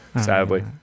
Sadly